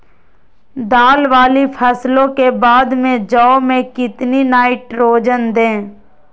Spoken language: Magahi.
दाल वाली फसलों के बाद में जौ में कितनी नाइट्रोजन दें?